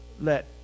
let